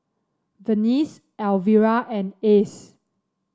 Venice Elvira and Ace